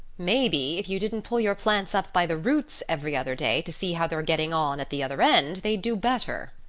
maybe if you didn't pull your plants up by the roots every other day to see how they're getting on at the other end they'd do better,